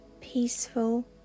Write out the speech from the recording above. peaceful